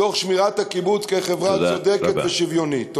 תוך שמירת הקיבוץ כחברה צודקת ושוויונית.